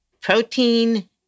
protein